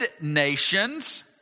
nations